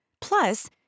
Plus